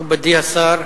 מכובדי השר,